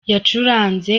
yacuranze